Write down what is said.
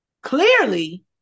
Clearly